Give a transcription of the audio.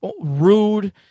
rude